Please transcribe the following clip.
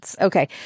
Okay